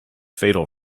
fatal